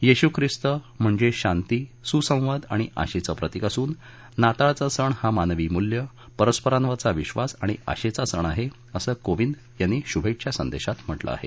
येशू ख्रिस्त म्हणजे शांती सुसंवाद आणि आशेचं प्रतिक असून नाताळचा सण हा मानवी मूल्यं परस्परांवरचा विश्वास आणि आशेचा सण आहे असं कोविंद यांनी शुभेच्छा संदेशात म्हटलं आहे